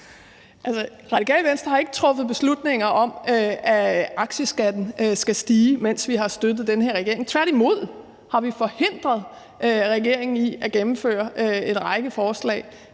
Radikale Venstre har ikke truffet beslutninger om, at aktieskatten skal stige, mens vi har støttet den her regering. Tværtimod har vi forhindret regeringen i at gennemføre en række forslag